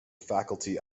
faculty